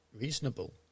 reasonable